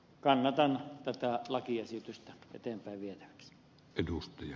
kannatan tätä lakiesitystä eteenpäin vietäväksi